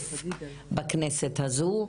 תקף בכנסת הזו.